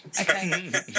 Okay